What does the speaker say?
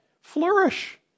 Flourish